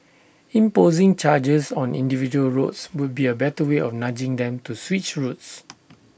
imposing charges on individual roads would be A better way of nudging them to switch routes